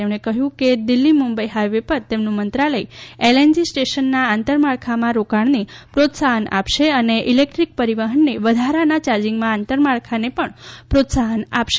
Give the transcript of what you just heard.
તેમણે કહ્યું કે દિલ્હી મુંબઇ હાઇવે પર તેમનું મંત્રાલય એલએનજી સ્ટેશનના આંતરમાળખામાં રોકાણને પ્રોત્સાહન આપશે અને ઇલેકટ્રીક પરિવહનને વધારવાના ચાર્જીંગના આંતરમાળખાને પણ પ્રોત્સાહન આપશે